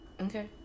okay